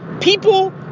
people